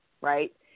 right